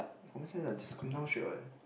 common sense ah just come down straight what